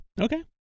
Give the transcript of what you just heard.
Okay